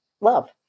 love